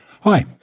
Hi